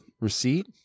receipt